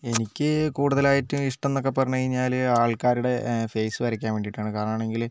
എനിക്ക് കൂടുതലായിട്ടും ഇഷ്ടം എന്നൊക്കെ പറഞ്ഞുകഴിഞ്ഞാൽ ആൾക്കാരുടെ ഫേസ് വരയ്ക്കാൻ വേണ്ടിയിട്ടാണ് കാരണം ആണെങ്കിൽ